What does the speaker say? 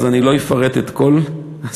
אני לא אפרט את כל הסעיפים,